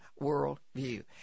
worldview